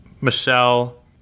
Michelle